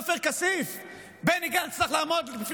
שלפי חבר הכנסת עופר כסיף בני גנץ צריך לעמוד בפני